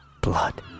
blood